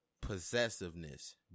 possessiveness